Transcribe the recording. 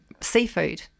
seafood